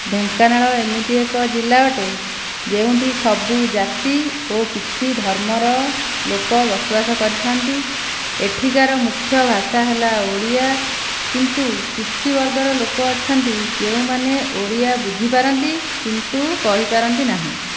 ଢେଙ୍କାନାଳ ଏମିତି ଏକ ଜିଲ୍ଲା ଅଟେ ଯେଉଁଠି ସବୁ ଜାତି ଓ କିଛି ଧର୍ମର ଲୋକ ବସବାସ କରିଥାନ୍ତି ଏଠିକାର ମୁଖ୍ୟ ଭାଷା ହେଲା ଓଡ଼ିଆ କିନ୍ତୁ କିଛି ବର୍ଗର ଲୋକ ଅଛନ୍ତି ଯେଉଁମାନେ ଓଡ଼ିଆ ବୁଝିପାରନ୍ତି କିନ୍ତୁ କହିପାରନ୍ତି ନାହିଁ